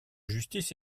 justice